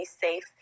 safe